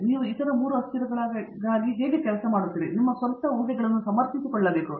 ಈಗ ನೀವು ಇತರ 3 ಅಸ್ಥಿರಗಳಿಗಾಗಿ ಏನು ಕೆಲಸ ಮಾಡುತ್ತದೆ ಮತ್ತು ನಿಮ್ಮ ಸ್ವಂತ ಊಹೆಗಳನ್ನು ಸಮರ್ಥಿಸಿಕೊಳ್ಳಬೇಕು